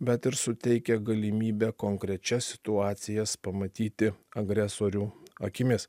bet ir suteikia galimybę konkrečias situacijas pamatyti agresorių akimis